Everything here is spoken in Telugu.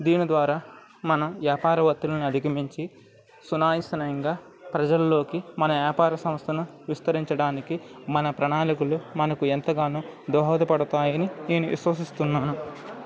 దీని ద్వారా మన వ్యాపార ఉత్పత్తులను అధిగమించి సునాయసంగా ప్రజల్లోకి మన వ్యాపార సంస్థను విస్తరించడానికి మన ప్రణాళికలు మనకు ఎంతగానో దోహోదపడతాయి అని నేను విశ్వసిస్తున్నాను